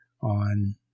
on